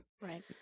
Right